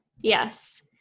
Yes